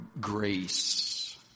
grace